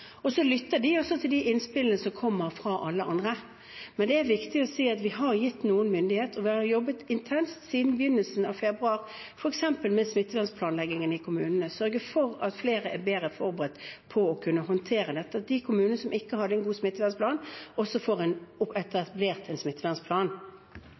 lytter også til de innspillene som kommer fra alle andre, men det er viktig å si at vi har gitt noen myndighet. Vi har jobbet intenst siden begynnelsen av februar med f.eks. smittevernplanleggingen i kommunene for å sørge for at flere er bedre forberedt på å håndtere dette, og at de kommunene som ikke har en god smittevernplan, også får etablert en